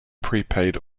prepaid